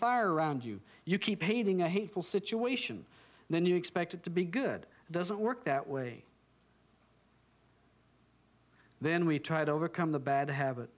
fire around you you keep painting a hateful situation then you expected to be good it doesn't work that way then we try to overcome the bad habit